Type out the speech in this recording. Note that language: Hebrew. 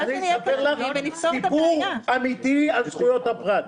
אני אספר לך סיפור אמיתי על זכויות הפרט.